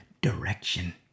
direction